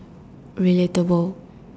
relatable